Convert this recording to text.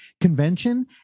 convention